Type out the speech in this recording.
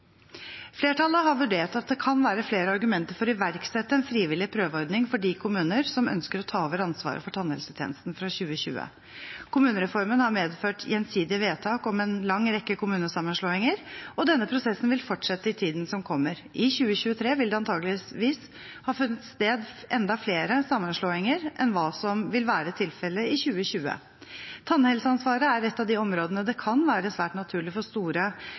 Flertallet har vurdert at det kan være flere argumenter for å iverksette en frivillig prøveordning for de kommuner som ønsker å ta over ansvaret for tannhelsetjenesten fra 2020. Kommunereformen har medført gjensidige vedtak om en lang rekke kommunesammenslåinger, og denne prosessen vil fortsette i tiden som kommer. I 2023 vil det antakeligvis ha funnet sted enda flere sammenslåinger enn hva som vil være tilfellet i 2020. Tannhelseansvaret er et av de områdene det kan være svært naturlig for store